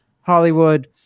Hollywood